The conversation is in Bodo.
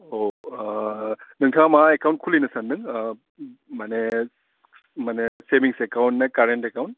औ नोंथाङा मा एकाउन्ट खुलिनो सान्दों माने माने सेबिंस एकाउन्ट ना खारेन एकाउन्ट